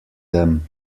them